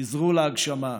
חזרו להגשמה.